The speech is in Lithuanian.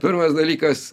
pirmas dalykas